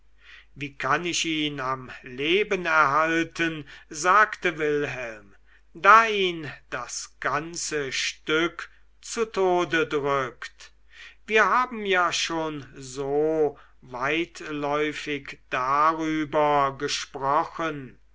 wie kann ich ihn am leben erhalten sagte wilhelm da ihn das ganze stück zu tode drückt wir haben ja schon so weitläufig darüber gesprochen